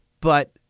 but-